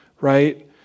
right